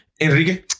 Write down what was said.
Enrique